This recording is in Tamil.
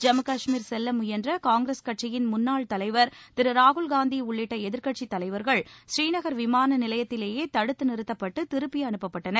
ஜம்மு கஷ்மீர் செல்ல முயன்ற காங்கிரஸ் கட்சியின் முன்னாள் தலைவர் திரு ராகுல்காந்தி உள்ளிட்ட எதிர்க்கட்சித் தலைவர்கள் ஸ்ரீநகர் விமான நிலையத்திலேயே தடுத்து நிறுத்தப்பட்டு திருப்பி அனுப்பப்பட்டனர்